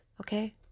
okay